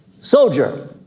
Soldier